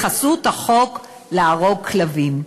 בחסות החוק, להרוג כלבים.